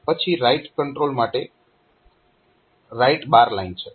પછી write control માટે WR line છે